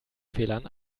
fehlern